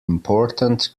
important